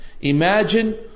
Imagine